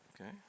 Okay